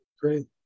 Great